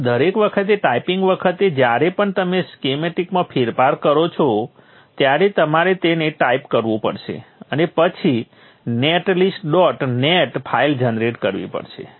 પરંતુ દરેક વખતે ટાઇપિંગ વખતે જ્યારે પણ તમે સ્કીમેટીકમાં ફેરફાર કરો છો ત્યારે તમારે તેને ટાઇપ કરવું પડશે અને પછી net list dot net file generate કરવી પડશે